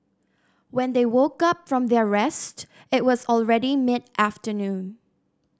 when they woke up from their rest it was already mid afternoon